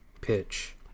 pitch